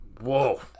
whoa